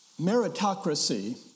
Meritocracy